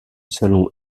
salon